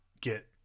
Get